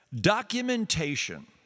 Documentation